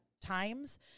times